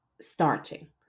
starting